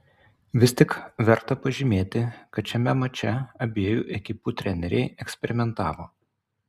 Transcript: vis tik verta pažymėti kad šiame mače abiejų ekipų treneriai eksperimentavo